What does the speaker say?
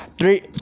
Three